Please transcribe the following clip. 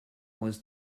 was